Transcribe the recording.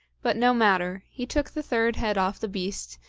but no matter, he took the third head off the beast,